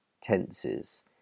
tenses